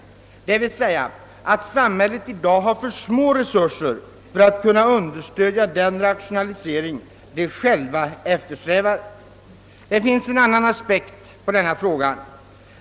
Detta vill med andra ord säga att samhället i dag har för små resurser för att understödja den rationalisering som samhället eftersträvar. Det finns en annan aspekt på denna fråga.